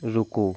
रुको